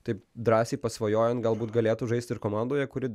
taip drąsiai pasvajojant galbūt galėtų žaisti ir komandoje kuri